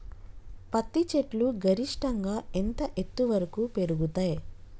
పత్తి చెట్లు గరిష్టంగా ఎంత ఎత్తు వరకు పెరుగుతయ్?